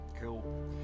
Cool